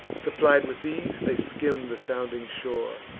supplied with these, they skim the sounding shore,